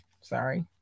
sorry